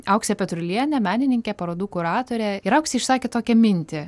auksę petrulienę menininkę parodų kuratorę ir auksė išsakė tokią mintį